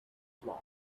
flock